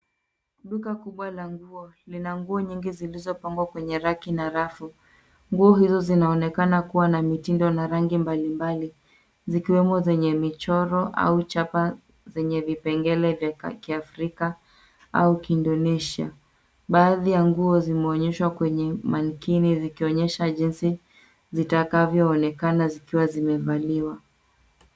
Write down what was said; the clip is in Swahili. Duka kubwa la nguo. Lina nguo nyingi zilizopangwa kwenye raki na na rafu. Nguo hizo zinaonekana kuwa na mitindo na rangi mbalimbali, zikiwemo zenye michoro au chapa zenye vipengele vya kiafrika au kindonesha. Baadhi ya nguo zimeonyeshwa kwenye manequinn zikionyesha jinsi zitakavyoonekana zikiwa zimevaliwa.